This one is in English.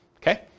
Okay